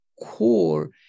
core